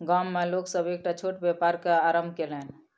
गाम में लोक सभ एकटा छोट व्यापार के आरम्भ कयलैन